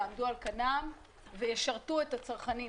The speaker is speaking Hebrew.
יעמדו על כנם וישרתו את הצרכנים,